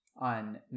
on